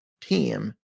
team